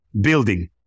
building